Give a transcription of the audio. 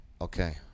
Okay